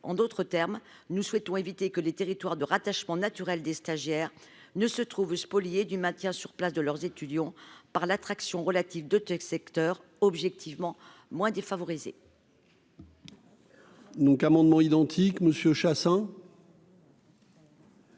en d'autres termes, nous souhaitons éviter que les territoires de rattachement naturel des stagiaires ne se trouve spolié du maintien sur place de leurs étudiants par l'attraction relative de textes secteur objectivement moins défavorisées.